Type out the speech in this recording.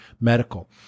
medical